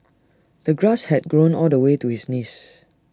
the grass had grown all the way to his knees